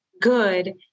good